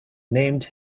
named